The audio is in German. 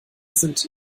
sind